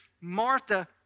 Martha